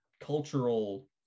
cultural